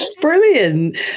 Brilliant